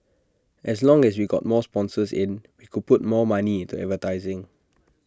as long as we got more sponsors in we could put more money into advertising